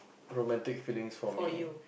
romantic feelings for me